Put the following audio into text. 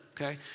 Okay